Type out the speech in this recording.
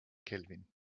kelvin